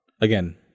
Again